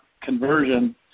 conversion